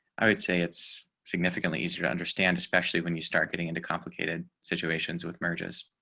i would say it's significantly easier to understand, especially when you start getting into complicated situations with merges